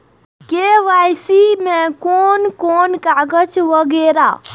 KYC में कोन कोन कागज वगैरा?